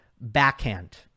backhand